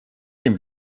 dem